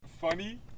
funny